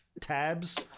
tabs